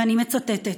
ואני מצטטת: